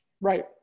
right